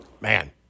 Man